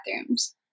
bathrooms